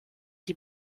die